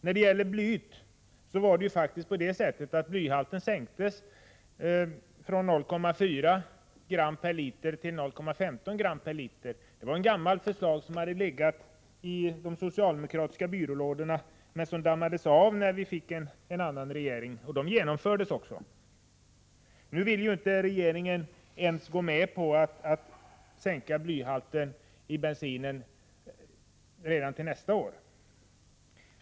När det gäller blyet var det faktiskt så att blyhalten sänktes från 0,4 gram per liter till 0,15 gram per liter. Det var ett gammalt förslag som legat i de socialdemokratiska byrålådorna men som dammades av och genomfördes när vi fick en annan regering. Nu vill regeringen inte gå med på att sänka blyhalten i bensinen redan till nästa år.